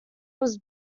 was